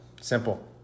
Simple